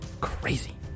crazy